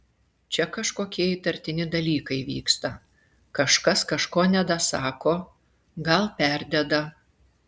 čia kažkokie įtartini dalykai vyksta kažkas kažko nedasako gal perdeda